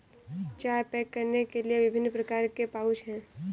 चाय पैक करने के लिए विभिन्न प्रकार के पाउच हैं